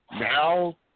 Now